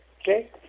Okay